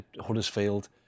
Huddersfield